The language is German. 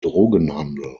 drogenhandel